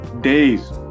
days